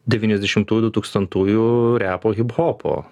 devyniasdešimtųjų du tūkstantųjų repo hiphopo